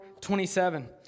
27